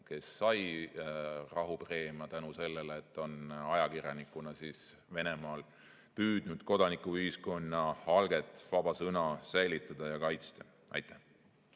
sai rahupreemia tänu sellele, et on ajakirjanikuna Venemaal püüdnud kodanikuühiskonna alget, vaba sõna, säilitada ja kaitsta. Tarmo